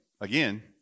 again